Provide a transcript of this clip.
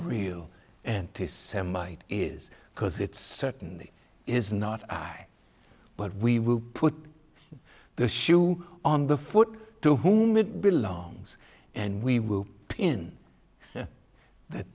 real anti semite is because it certainly is not i but we will put the shoe on the foot to whom it belongs and we will in th